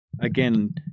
again